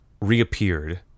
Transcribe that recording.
reappeared